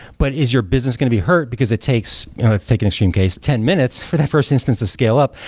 but is your business going to be hurt because it takes, let's take an extreme case, ten minutes, for that first instance to scale up.